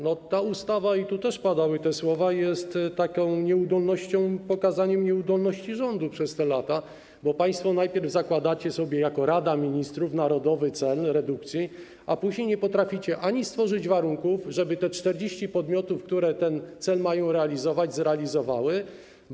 No, ta ustawa, i tu też padały te słowa, jest pokazem nieudolności i też pokazaniem nieudolności rządu przez te lata, bo państwo najpierw zakładacie sobie jako Rada Ministrów narodowy cel redukcji, a później nie potraficie stworzyć warunków, żeby te 40 podmiotów, które ten cel mają realizować, zrealizowały to.